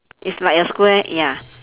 it's like a square ya